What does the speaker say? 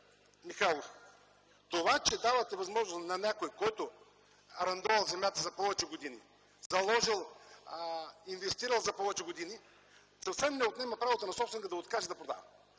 Михайлов, това, че давате възможност на някой, който е арендувал земята за повече години, заложил, инвестирал за повече години, съвсем не отнема правото на собственика да откаже да продава.